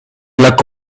luck